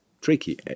tricky